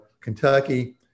Kentucky